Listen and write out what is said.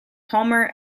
palmer